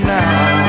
now